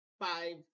five